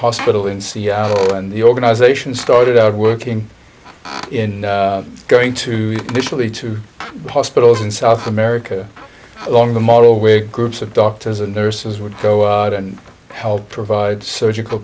hospital in seattle and the organization started out working in going to italy to hospitals in south america along the model where groups of doctors and nurses would go out and help provide surgical